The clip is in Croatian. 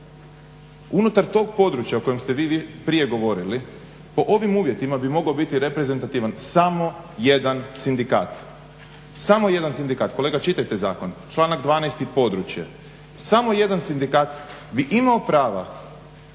unutar tog područja o kojem ste vi prije govorili po ovim uvjetima bi mogao biti reprezentativan samo jedan sindikat. Kolega čitajte zakon, članak 12. – Područje. Samo jedan sindikat bi imao prava